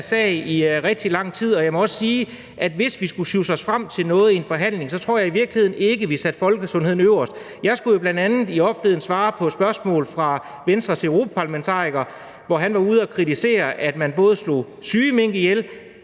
sag i rigtig lang tid, og jeg må også sige, at hvis vi skulle sjusse os frem til noget i en forhandling, tror jeg i virkeligheden ikke, vi satte folkesundheden øverst. Jeg skulle jo bl.a. i offentligheden svare på spørgsmål fra Venstres europaparlamentariker, hvor han var ude at kritisere, at man slog syge mink ihjel